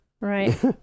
Right